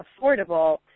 affordable